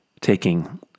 taking